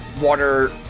Water